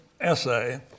essay